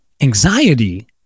anxiety